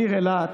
העיר אילת,